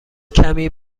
کمی